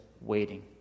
waiting